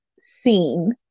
seen